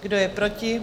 Kdo je proti?